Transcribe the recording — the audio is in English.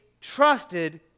trusted